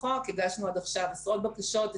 הגשנו עד עכשיו עשרות בקשות,